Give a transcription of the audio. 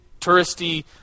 touristy